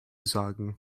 sagen